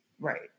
Right